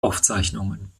aufzeichnungen